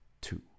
two